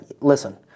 listen